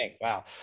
Wow